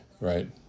right